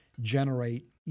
generate